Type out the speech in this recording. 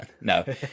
No